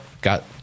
got